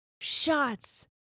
shots